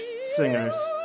singers